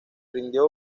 rindió